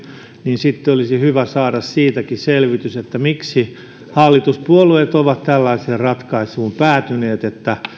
niin sitten olisi hyvä saada siitäkin selvitys miksi hallituspuolueet ovat tällaiseen ratkaisuun päätyneet että